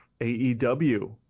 AEW